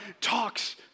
talks